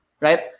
right